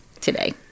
today